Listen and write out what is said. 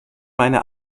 meine